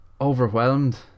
overwhelmed